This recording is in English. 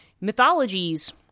mythologies